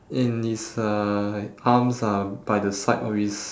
and his uh like arms are by the side of his